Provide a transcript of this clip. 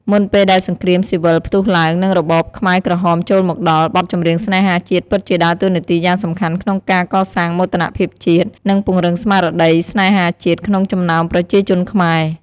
មុនពេលដែលសង្គ្រាមស៊ីវិលផ្ទុះឡើង និងរបបខ្មែរក្រហមចូលមកដល់ បទចម្រៀងស្នេហាជាតិពិតជាដើរតួនាទីយ៉ាងសំខាន់ក្នុងការ កសាងមោទនភាពជាតិ និង ពង្រឹងស្មារតីស្នេហាជាតិ ក្នុងចំណោមប្រជាជនខ្មែរ។